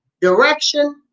direction